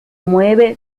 mueve